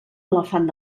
elefant